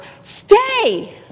stay